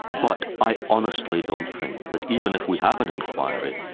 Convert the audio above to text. but i honestly don't think that even if we have an inquiry,